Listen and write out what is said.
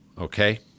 okay